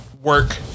work